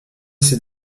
ses